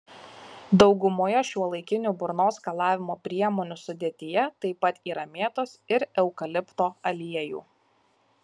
daugumoje šiuolaikinių burnos skalavimo priemonių sudėtyje taip pat yra mėtos ir eukalipto aliejų